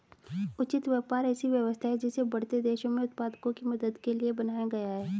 उचित व्यापार ऐसी व्यवस्था है जिसे बढ़ते देशों में उत्पादकों की मदद करने के लिए बनाया गया है